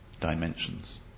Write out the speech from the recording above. dimensions